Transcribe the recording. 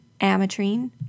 ametrine